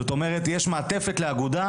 זאת אומרת יש מעטפת לאגודה,